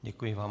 Děkuji vám.